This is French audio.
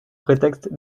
prétexte